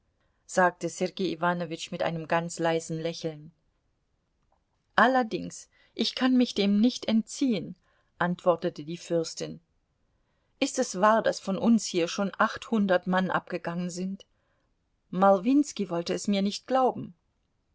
sagte sergei iwanowitsch mit einem ganz leisen lächeln allerdings ich kann mich dem nicht entziehen antwortete die fürstin ist es wahr daß von uns hier schon achthundert mann abgegangen sind malwinski wollte es mir nicht glauben